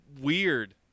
weird